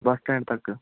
ਬੱਸ stand ਤੱਕ